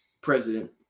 President